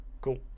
Cool